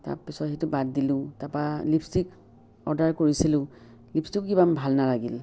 তাৰপিছত সেইটো বাদ দিলোঁ তাৰপৰা লিপষ্টিক অৰ্ডাৰ কৰিছিলোঁ লিপষ্টিকো কিবা ভাল নালাগিল